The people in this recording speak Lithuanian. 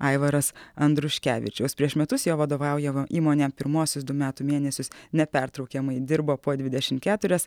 aivaras andriuškevičius prieš metus jo vadovaujava įmonė pirmuosius du metų mėnesius nepertraukiamai dirbo po dvidešimt keturias